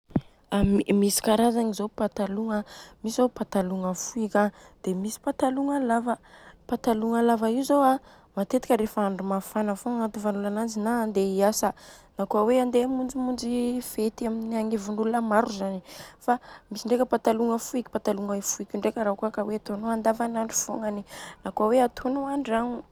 Misy karazagna zô patalogna an, misy zô patalogna foika dia misy patalogna lava,. Patalogna lava io zô matetika rehefa andro mafana fogna agnatôvan'olona ananjy na handeha hiasa, na kôa hoe handeha amonjimonjy fety agnivon'olona maro zany. Fa misy ndreka patalogna foika patalogna foika io ndreka raha kôa ka hoe atônô andavanandro fognany, na kôa hoe atônô an-dragno.